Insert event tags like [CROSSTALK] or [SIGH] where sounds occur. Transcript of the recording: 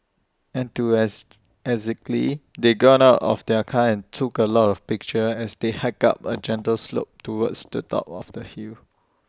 [UNINTELLIGIBLE] they got out of the car and took A lot of pictures as they hiked up A gentle slope towards the top of the hill